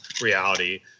reality